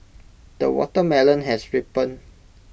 the watermelon has ripened